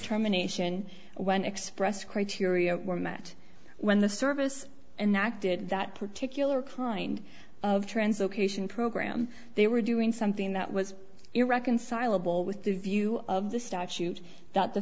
terminations when expressed criteria were met when the service and acted that particular kind of trans occasion program they were doing something that was irreconcilable with the view of the statute that the